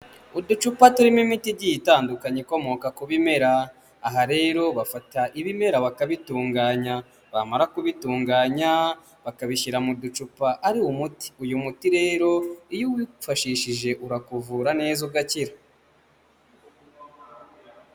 Uducupa turimo imiti igiye itandukanye ikomoka ku bimera, aha rero bafata ibimera bakabitunganya, bamara kubitunganya, bakabishyira mu ducupa ari umuti, uyu muti rero iyo uwifashishije urakuvura neza ugakira.